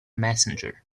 messenger